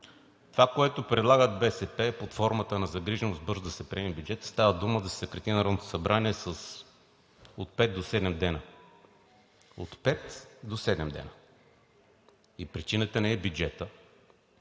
Това, което предлагат БСП под формата на загриженост бързо да се приеме бюджетът, става дума да се съкрати Народното събрание с от пет до седем дни. От пет до седем дни! И причината не е бюджетът.